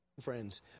Friends